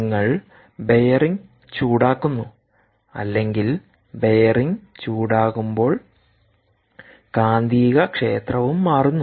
നിങ്ങൾ ബെയറിംഗ് ചൂടാക്കുന്നു അല്ലെങ്കിൽ ബെയറിംഗ് ചൂടാകുമ്പോൾ കാന്തികക്ഷേത്രവും മാറുന്നു